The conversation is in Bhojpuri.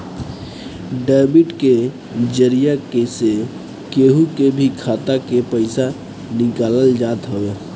डेबिट के जरिया से केहू के भी खाता से पईसा निकालल जात हवे